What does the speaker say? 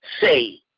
say